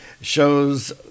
shows